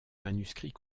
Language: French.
manuscrit